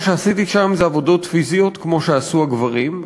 מה שעשיתי שם זה עבודות פיזיות כמו שעשו הגברים,